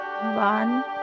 one